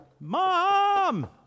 Mom